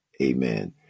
amen